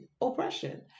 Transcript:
oppression